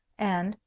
and,